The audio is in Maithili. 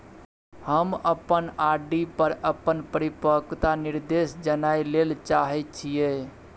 हम अपन आर.डी पर अपन परिपक्वता निर्देश जानय ले चाहय छियै